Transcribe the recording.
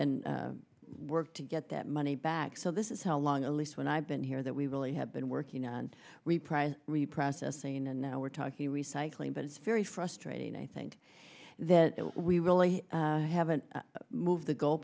and worked to get that money back so this is how long at least when i've been here that we really have been working on reprice reprocessing and now we're talking recycling but it's very frustrating i think that we really haven't moved the goal